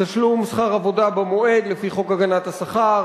תשלום שכר עבודה במועד לפי חוק הגנת השכר,